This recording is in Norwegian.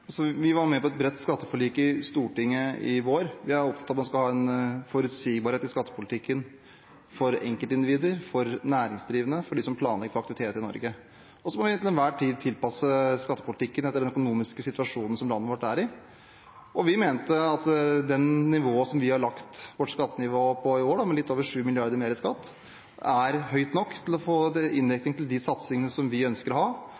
Så må vi til enhver tid tilpasse skattepolitikken etter den økonomiske situasjonen som landet vårt er i. Vi mener at det nivået vi har lagt skatten på i år, med litt over 7 mrd. kr mer i skatt, er høyt nok til å få inndekning til de satsingene som vi ønsker å ha